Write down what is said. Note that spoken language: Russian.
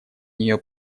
нее